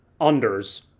unders